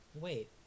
Wait